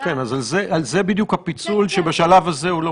אבל זה יהיה כשבאמת נהיה שם.